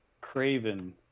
craven